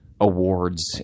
awards